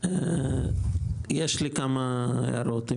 יש לי כמה הערות.